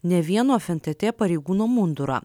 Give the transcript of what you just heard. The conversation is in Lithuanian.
ne vieno ef en tė tė pareigūno mundurą